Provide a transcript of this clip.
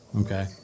Okay